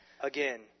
Again